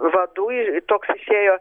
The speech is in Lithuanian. vadų ir toks ėjo